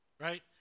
right